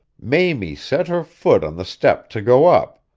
mamie set her foot on the step to go up,